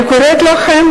אני קוראת לכם,